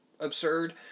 absurd